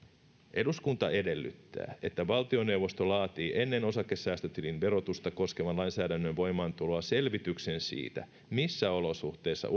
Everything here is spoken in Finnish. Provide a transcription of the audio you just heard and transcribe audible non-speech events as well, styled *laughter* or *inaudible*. eduskunta edellyttää että valtioneuvosto laatii ennen osakesäästötilin verotusta koskevan lainsäädännön voimaantuloa selvityksen siitä missä olosuhteissa *unintelligible*